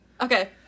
Okay